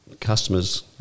customers